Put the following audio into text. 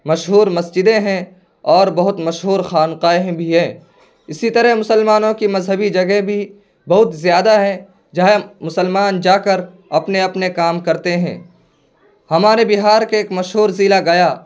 مشہور مسجدیں ہیں اور بہت مشہور خانقاہیں بھی ہیں اسی طرح مسلمانوں کی مذہبی جگہ بھی بہت زیادہ ہیں جہاں مسلمان جا کر اپنے اپنے کام کرتے ہیں ہمارے بہار کے ایک مشہور ضلع گیا